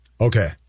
Okay